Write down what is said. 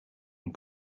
een